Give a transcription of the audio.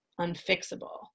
unfixable